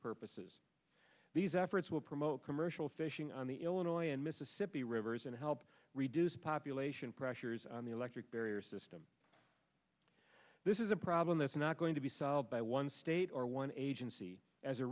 purposes these efforts will promote commercial fishing on the illinois and mississippi rivers and help reduce population pressures on the electric barrier system this is a problem that's not going to be solved by one state or one agency as a